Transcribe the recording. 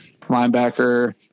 linebacker